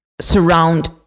surround